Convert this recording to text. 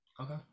Okay